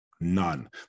None